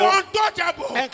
untouchable